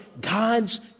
God's